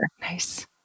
Nice